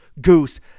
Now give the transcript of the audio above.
Goose